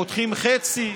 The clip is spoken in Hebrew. פותחים חצי.